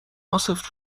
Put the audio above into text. عاصف